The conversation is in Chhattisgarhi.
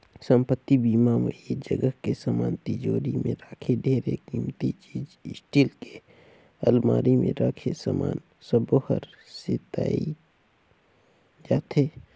संपत्ति बीमा म ऐ जगह के समान तिजोरी मे राखे ढेरे किमती चीच स्टील के अलमारी मे राखे समान सबो हर सेंइताए जाथे